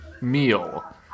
meal